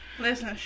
Listen